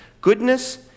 goodness